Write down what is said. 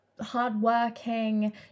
hardworking